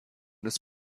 des